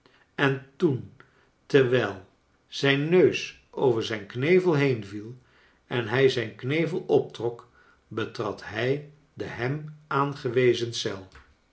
en toen terwijl zijn neus over zijn knevel heenviel en hij zijn knevel optrok betrad hij de hem aangewezen